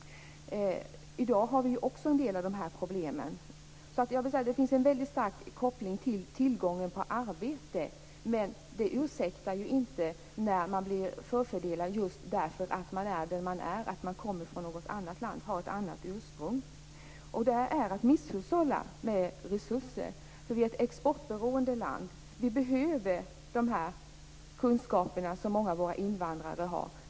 I dag har vi också en del av de här problemen. De har alltså en väldigt stark koppling till tillgången på arbete. Men detta ursäktar inte att man blir förfördelad därför att man är den man är - att man kommer från något annat land och har ett annat ursprung. Det är att misshushålla med resurser. Sverige är nämligen ett exportberoende land. Vi behöver de kunskaper som många av våra invandrare har.